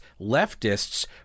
leftists